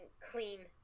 clean